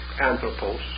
anthropos